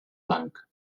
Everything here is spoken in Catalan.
blanc